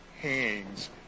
hangs